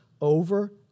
over